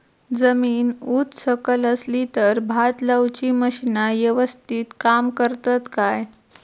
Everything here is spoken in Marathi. जमीन उच सकल असली तर भात लाऊची मशीना यवस्तीत काम करतत काय?